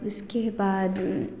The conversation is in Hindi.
उसके बाद